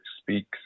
speaks